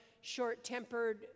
short-tempered